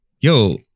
yo